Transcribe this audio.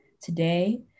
Today